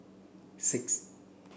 six